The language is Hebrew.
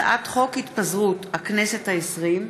מטעם הממשלה: הצעת חוק התפזרות הכנסת העשרים,